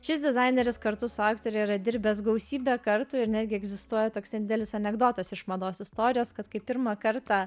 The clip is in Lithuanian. šis dizaineris kartu su aktore yra dirbęs gausybę kartų ir netgi egzistuoja toks nedidelis anekdotas iš mados istorijos kad kai pirmą kartą